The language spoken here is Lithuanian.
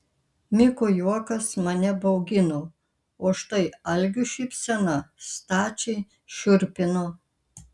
miko juokas mane baugino o štai algio šypsena stačiai šiurpino